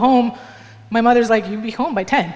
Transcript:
home my mother is like you'll be home by ten